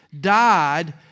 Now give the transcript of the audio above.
died